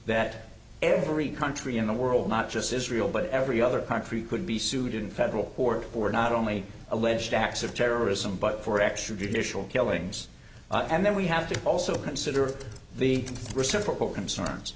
that every country in the world not just israel but every other country could be sued in federal court were not only alleged acts of terrorism but for extra judicial killings and then we have to also consider the reciprocal concerns